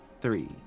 three